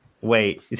Wait